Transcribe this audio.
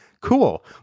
cool